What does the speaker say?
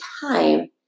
time